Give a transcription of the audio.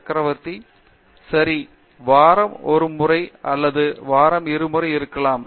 R Chakravarthy சரி வாரம் ஒரு முறை அல்லது வாரம் இருமுறை இருக்கலாம்